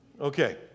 Okay